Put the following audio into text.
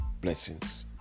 blessings